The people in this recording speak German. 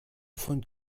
von